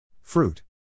Fruit